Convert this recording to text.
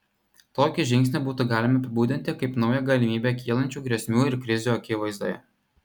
tokį žingsnį būtų galima apibūdinti kaip naują galimybę kylančių grėsmių ir krizių akivaizdoje